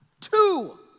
Two